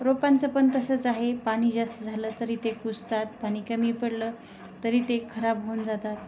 रोपांचं पण तसंच आहे पाणी जास्त झालं तरी ते कुजतात पाणी कमी पडलं तरी ते खराब होऊन जातात